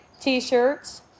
T-shirts